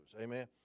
Amen